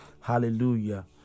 Hallelujah